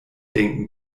denken